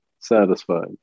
satisfied